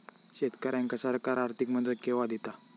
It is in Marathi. शेतकऱ्यांका सरकार आर्थिक मदत केवा दिता?